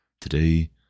Today